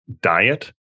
diet